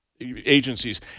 Agencies